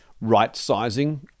right-sizing